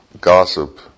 gossip